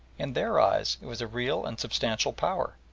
in their eyes it was a real and substantial power.